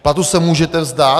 Platu se můžete vzdát.